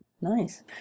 Nice